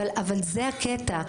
אבל זה הקטע,